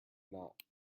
not